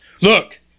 Look